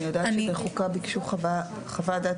אני יודעת שבחוקה ביקשו חוות דעת